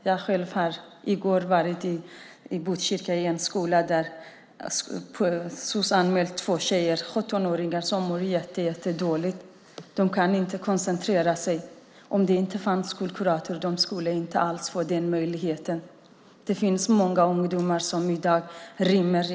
Jag var själv i går i en skola i Botkyrka där socialtjänsten har anmält två tjejer, sjuttonåringar, som mår jättedåligt. De kan inte koncentrera sig. Om det inte fanns en skolkurator skulle de inte alls få den möjligheten. Det finns många ungdomar i dag som rymmer.